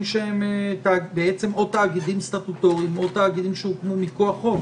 שהם או תאגידים סטטוטוריים או תאגידים שהוקמו מכוח חוק.